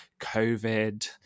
COVID